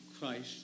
Christ